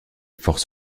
forces